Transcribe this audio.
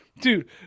dude